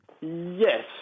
Yes